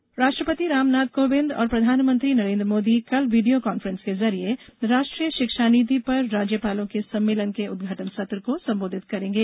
video conference राष्ट्रपति रामनाथ कोविंद और प्रधानमंत्री नरेन्द्र मोदी कल वीडियो कांफ्रेंस के जरिए राष्ट्रीय शिक्षा नीति पर राज्यपालों के सम्मेलन के उदघाटन सत्र को संबोधित करेंगे